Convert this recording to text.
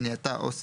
מניעתה או סיכולה,